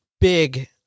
big